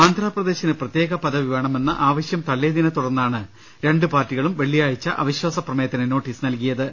ആന്ധ്രാപ്രദേശിന് പ്രത്യേക പദവി വേണ മെന്ന ആവശ്യം തള്ളിയതിനെ തുടർന്നാണ് രണ്ടു പാർട്ടികളും വെള്ളിയാഴ്ച അവി ശ്വാസപ്രമേയത്തിന് നോട്ടീസ് നൽകിയത്